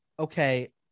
okay